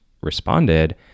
responded